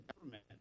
government